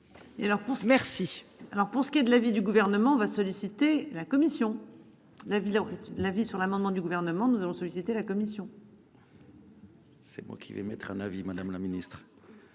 merci. Alors pour ce qui est de l'avis du gouvernement va solliciter la Commission. La ville l'avis sur l'amendement du gouvernement nous allons solliciter la commission. C'est moi qui vais mettre un avis Madame la Ministre.